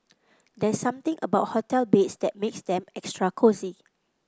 there's something about hotel beds that makes them extra cosy